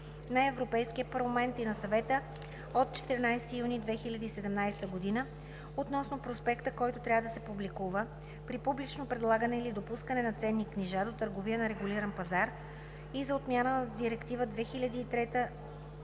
на Европейския парламент и на Съвета от 14 юни 2017 г. относно проспекта, който трябва да се публикува при публично предлагане или допускане на ценни книжа до търговия на регулиран пазар, и за отмяна на Директива 2003/71/ЕО